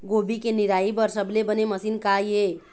गोभी के निराई बर सबले बने मशीन का ये?